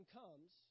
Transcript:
comes